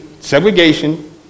segregation